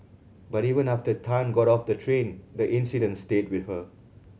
but even after Tan got off the train the incident stayed with her